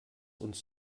uns